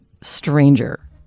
stranger